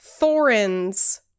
Thorin's